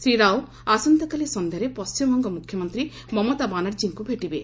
ଶ୍ରୀ ରାଓ ଆସନ୍ତାକାଲି ସନ୍ଧ୍ୟାରେ ପଣ୍ଟିମବଙ୍ଗ ମୁଖ୍ୟମନ୍ତ୍ରୀ ମମତା ବାନାର୍ଜୀଙ୍କୁ ଭେଟିବେ